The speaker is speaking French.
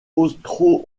austro